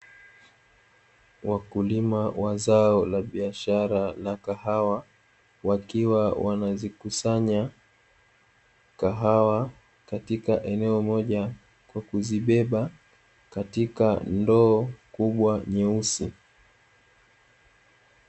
Wakulima wa zao la biashara la kahawa wakiwa wanazikusanya kahawa katika eneo moja kwa kuzibeba katika ndoo kubwa nyeusi.